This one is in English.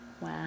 Wow